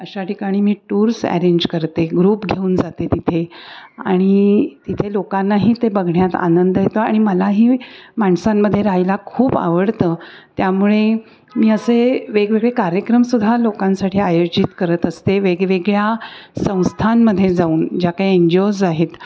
अशा ठिकाणी मी टूर्स अॅरेंज करते ग्रुप घेऊन जाते तिथे आणि तिथे लोकांनाही ते बघण्यात आनंद येतो आणि मलाही माणसांमध्ये राहायला खूप आवडतं त्यामुळे मी असे वेगवेगळे कार्यक्रम सुद्धा लोकांसाठी आयोजित करत असते वेगवेगळ्या संस्थांमध्ये जाऊन ज्या काय एन जी ओज आहेत